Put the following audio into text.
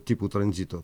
tipų tranzito